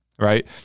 right